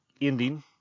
ending